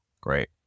great